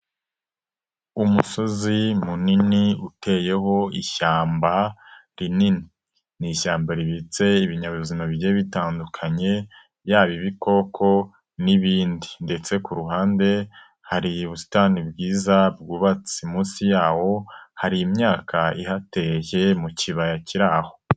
Umusozi munini uteyeho ishyamba rinini, ni ishyamba ribitse ibinyabuzima bigiye bitandukanye, yaba ibikoko n'ibindi ndetse ku ruhande hari ubusitani bwiza bwubatse, munsi yaho hari imyaka ihateye mu kibaya kiri aho.